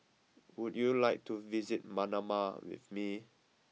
would you like to visit Manama with me